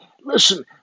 Listen